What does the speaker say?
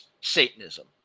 Satanism